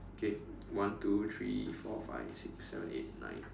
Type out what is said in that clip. K one two three four five six seven eight nine